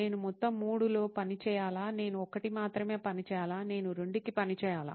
నేను మొత్తం 3 లో పని చేయాలా నేను 1 మాత్రమే పని చేయాలా నేను 2 కి పని చేయాలా